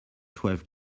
twelve